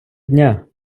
дня